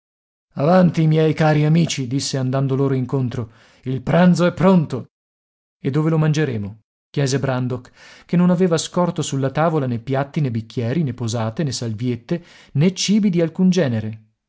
tela avanti miei cari amici disse andando loro incontro il pranzo e pronto e dove lo mangeremo chiese brandok che non aveva scorto sulla tavola né piatti né bicchieri né posate né salviette né cibi di alcun genere